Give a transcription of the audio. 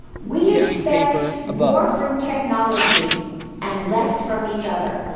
we expect more from technology and less from each other.